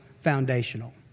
foundational